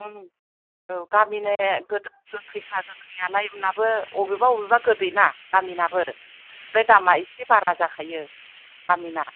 औ गामिने गोखैखा गोखैआलाय होमब्लाबो अबेबा अबेबा गोदैना गामिनाबो ओमफ्राय दामा एसे बारा जाखायो गामिना